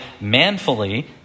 manfully